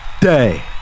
Day